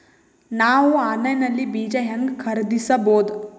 ನಾವು ಆನ್ಲೈನ್ ನಲ್ಲಿ ಬೀಜ ಹೆಂಗ ಖರೀದಿಸಬೋದ?